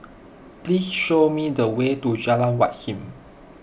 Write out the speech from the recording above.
please show me the way to Jalan Wat Siam